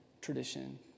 tradition